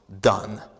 done